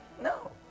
No